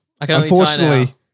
unfortunately